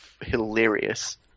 hilarious